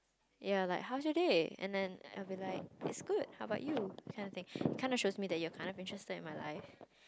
ya like how's your day and then I'll be like it's good how about you kind of thing kind of shows me that you are kind of interested in my life